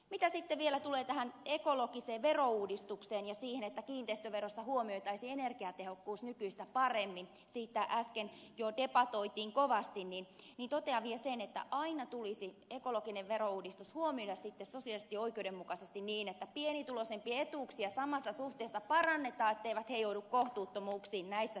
mitä sitten vielä tulee tähän ekologiseen verouudistukseen ja siihen että kiinteistöverossa huomioitaisiin energiatehokkuus nykyistä paremmin siitä äsken jo debatoitiin kovasti totean vielä sen että aina tulisi ekologinen verouudistus huomioida sitten sosiaalisesti oikeudenmukaisesti niin että pienituloisempien etuuksia samassa suhteessa parannetaan etteivät he joudu kohtuuttomuuksiin näissä tilanteissa